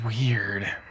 Weird